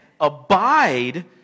abide